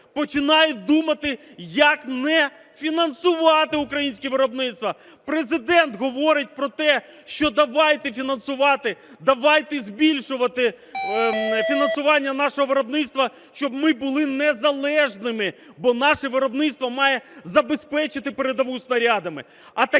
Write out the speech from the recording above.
починають думати, як не фінансувати українське виробництво. Президент говорить про те, що давайте фінансувати, давайте збільшувати фінансування нашого виробництва, щоб ми були незалежними, бо наше виробництво має забезпечити передову снарядами.